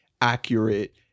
accurate